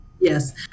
Yes